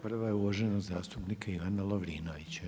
Prva je uvaženog zastupnika Ivana Lovrinovića.